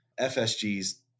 FSG's